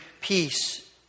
peace